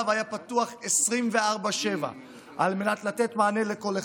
היה פתוח 24/7 על מנת לתת מענה לכל אחד,